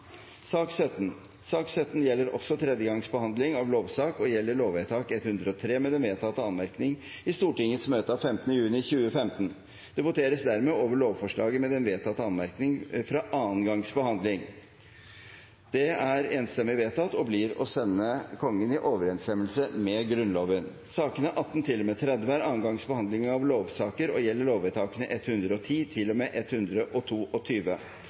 Sak nr. 17 gjelder også tredje gangs behandling av lovsak og gjelder lovvedtak 103 med den vedtatte anmerkning i Stortingets møte 15. juni 2015. Det voteres dermed over lovforslaget med den vedtatte anmerkning fra andre gangs behandling. – Stortingets lovvedtak er dermed bifalt ved tredje gangs behandling og blir å sende Kongen i overenstemmelse med Grunnloven. Sakene nr. 18 til og med 30 er andre gangs behandling av lovsaker og gjelder lovvedtakene 110 til og